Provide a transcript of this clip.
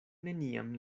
neniam